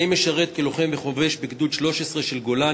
אני משרת כלוחם וחובש בגדוד 13 של גולני,